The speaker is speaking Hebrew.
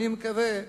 אני מקווה,